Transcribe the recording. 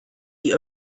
die